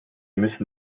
müssen